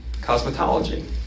cosmetology